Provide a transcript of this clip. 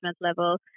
level